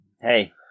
hey